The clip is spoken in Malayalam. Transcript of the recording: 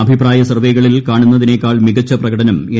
അഭിപ്രായ സർവ്വേകളിൽ കാണുന്നതിനെക്കാൾ മികച്ച പ്രകടനം എൻ